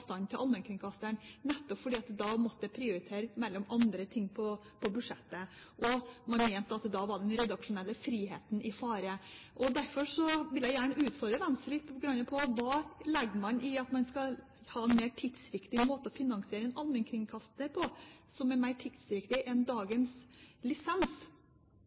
avstand til allmennkringkasteren, fordi man da måtte prioritere mellom andre ting på budsjettet. Man mente at da var den redaksjonelle friheten i fare. Derfor vil jeg gjerne utfordre Venstre litt på følgende: Hva legger man i at man skal ha en mer tidsriktig måte å finansiere en allmennkringkaster på – som altså er mer tidsriktig enn dagens lisens?